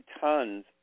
tons